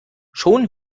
schon